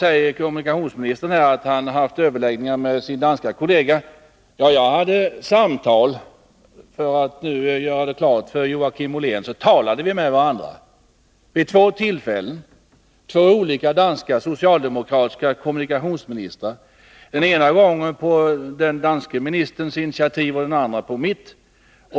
Kommunikationsministern säger att han haft överläggningar med sin danske kollega. Jag hade själv samtal — för att nu göra detta klart för Joakim Ollén — vid två tillfällen med två olika socialdemokratiska kommunikationsministrar, den ena gången på den danske ministerns initiativ och den andra på mitt.